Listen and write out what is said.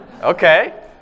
Okay